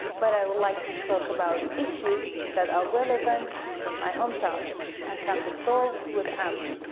but i would like to talk about issues that are relevant to my hometown and can be solved with amp.